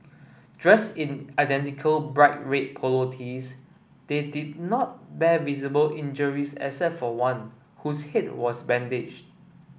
dressed in identical bright red polo tees they did not bear visible injuries except for one whose head was bandaged